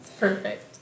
Perfect